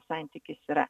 santykis yra